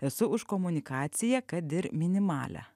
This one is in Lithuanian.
esu už komunikaciją kad ir minimalią